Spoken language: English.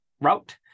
route